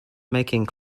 making